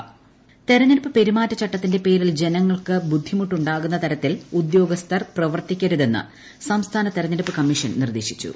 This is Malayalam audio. തെരഞ്ഞെടുപ്പ് കമ്മീഷൻ ഇൻട്രോ തെരഞ്ഞെടുപ്പ് പെരുമാറ്റച്ചട്ടത്തിന്റെ പേരിൽ ജനങ്ങൾക്ക് ബുദ്ധിമുട്ടുണ്ടാകുന്ന തരത്തിൽ ഉദ്യോഗസ്ഥർ പ്രവർത്തിക്കരുതെന്ന് സംസ്ഥാന തെരഞ്ഞെടുപ്പ് കമ്മീഷൻ നിർദ്ദേശിച്ചു